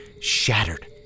shattered